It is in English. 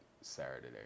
Saturday